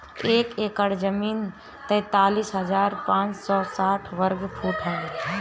एक एकड़ जमीन तैंतालीस हजार पांच सौ साठ वर्ग फुट ह